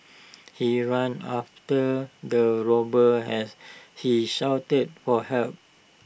he ran after the robber as he shouted for help